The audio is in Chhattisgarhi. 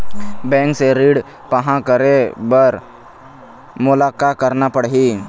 बैंक से ऋण पाहां करे बर मोला का करना पड़ही?